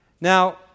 now